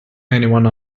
anyone